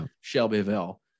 Shelbyville